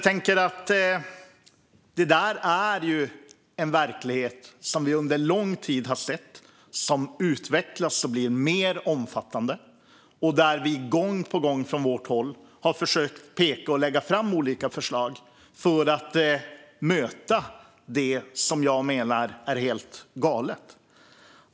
Detta är en verklighet som vi har sett under lång tid och som utvecklas och blir mer omfattande. Från vårt håll har vi gång på gång pekat på och försökt lägga fram olika förslag för att möta detta, som jag menar är helt galet.